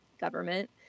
government